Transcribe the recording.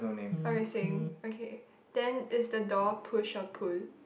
alright same okay then is the door push or pull